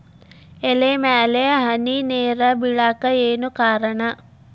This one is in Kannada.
ಎಲೆ ಮ್ಯಾಲ್ ಹನಿ ನೇರ್ ಬಿಳಾಕ್ ಏನು ಕಾರಣ?